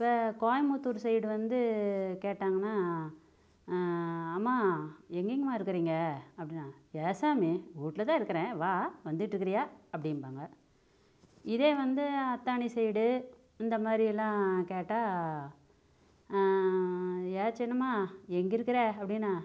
இப்போ கோயமுத்தூர் சைடு வந்து கேட்டாங்கன்னா அம்மா எங்கேங்கமா இருக்குறீங்க அப்படினா ஏன் சாமி வீட்ல தான் இருக்கிறேன் வா வந்துகிட்ருக்குறியா அப்படிம்பாங்க இதே வந்து அத்தாணி சைடு இந்தமாதிரி எல்லாம் கேட்டால் ஏ சின்னம்மா எங்கேயிருக்குற அப்படினா